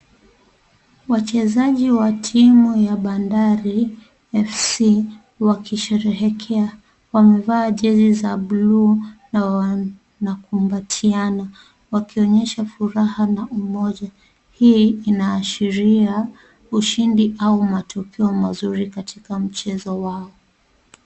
Wachezaji wa timu ya Bandari Fc wakisherehekea wamevaa jezi za buluu na wanakumbatiana wakionyesha furaha na umoja hii inaashiria ushindi au matukio maziri katika mchezo wao.